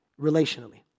relationally